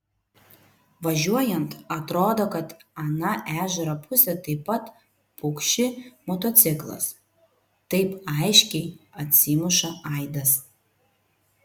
važiuojant atrodo kad ana ežero puse taip pat pukši motociklas taip aiškiai atsimuša aidas